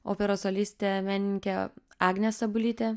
operos solistė menininkė agnė sabulytė